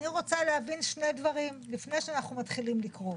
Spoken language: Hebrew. אני רוצה להבין שני דברים לפני שאנחנו מתחילים לקרוא.